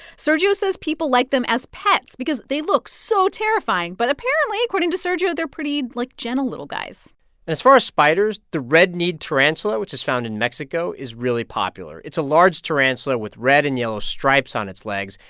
sergio says people like them as pets because they look so terrifying. but apparently, according to sergio, they're pretty, like, gentle little guys and as far as spiders, the red-kneed tarantula, which is found in mexico, is really popular. it's a large tarantula with red and yellow stripes on its legs.